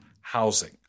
housing